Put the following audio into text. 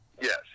Yes